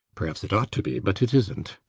perhaps it ought to be but it isnt.